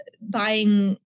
buying